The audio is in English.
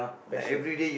passion